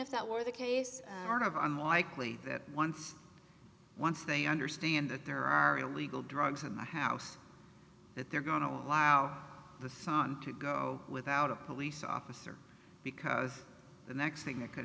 if that were the case or unlikely that once once they understand that there are illegal drugs in my house that they're going to allow the fun to go without a police officer because the next thing that could